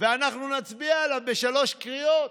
ואנחנו נצביע עליו בשלוש קריאות.